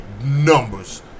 numbers